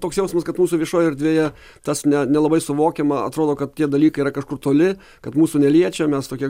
toks jausmas kad mūsų viešojoj erdvėje tas ne nelabai suvokiama atrodo kad tie dalykai yra kažkur toli kad mūsų neliečia mes tokie